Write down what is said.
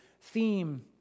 theme